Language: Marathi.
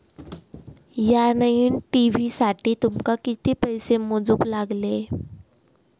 या नईन टी.व्ही साठी तुमका किती पैसे मोजूक लागले?